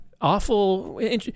awful